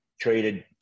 treated